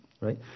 Right